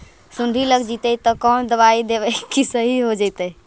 सुंडी लग जितै त कोन दबाइ देबै कि सही हो जितै?